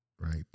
Right